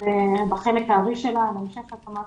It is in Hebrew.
בחלק הארי שלה בהמשך תחנות